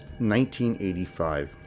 1985